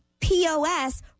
POS